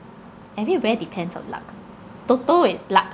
everywhere depends on luck toto is luck